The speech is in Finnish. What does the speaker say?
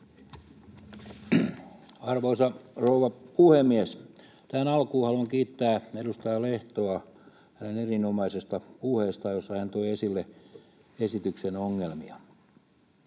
Arvoisa rouva puhemies! Tähän alkuun haluan kiittää edustaja Lehtoa hänen erinomaisesta puheestaan, jossa hän toi esille esityksen ongelmia.